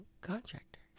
contractor